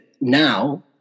now